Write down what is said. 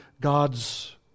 God's